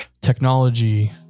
technology